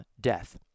death